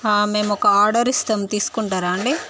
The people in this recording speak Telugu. మేమొక ఆర్డర్ ఇస్తాము తీసుకుంటారా అండి